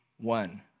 one